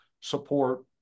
support